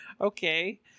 Okay